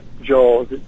Joel